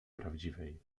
prawdziwej